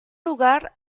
lugar